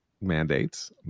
mandates